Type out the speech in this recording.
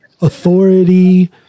authority